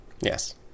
Yes